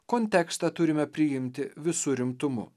kontekstą turime priimti visu rimtumu